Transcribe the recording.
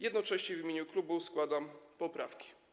Jednocześnie w imieniu klubu składam poprawki.